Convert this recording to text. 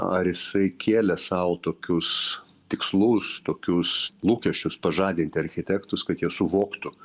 ar jisai kėlė sau tokius tikslus tokius lūkesčius pažadinti architektus kad jie suvoktų